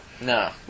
No